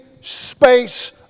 space